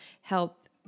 help